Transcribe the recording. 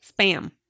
Spam